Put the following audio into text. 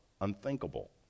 unthinkable